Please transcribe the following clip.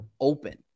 open